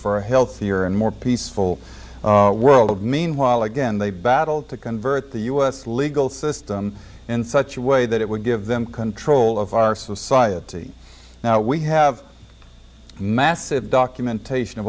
for a healthier and more peaceful world meanwhile again they battled to convert the u s legal system in such a way that it would give them control of our society now we have massive documentation